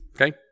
okay